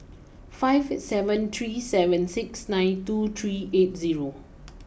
five seven three seven six nine two three eight zero